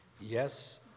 Yes